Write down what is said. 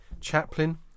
chaplain